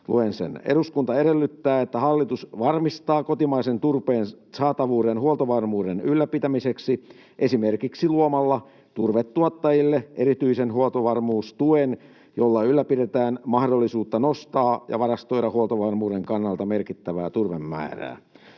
”Eduskunta edellyttää, että hallitus varmistaa kotimaisen turpeen saatavuuden huoltovarmuuden ylläpitämiseksi esimerkiksi luomalla turvetuottajille erityisen huoltovarmuustuen, jolla ylläpidetään mahdollisuutta nostaa ja varastoida huoltovarmuuden kannalta merkittävää turvemäärää.”